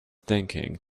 thinking